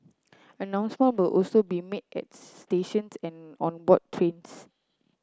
announcement will also be made at stations and on board trains